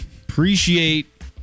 Appreciate